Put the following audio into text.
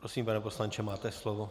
Prosím, pane poslanče, máte slovo.